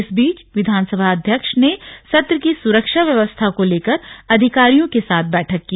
इस बीच विधानसभा अध्यक्ष ने सत्र की सुरक्षा व्यवस्था को लेकर अधिकारियों के साथ बैठक की